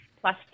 plus